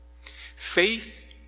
Faith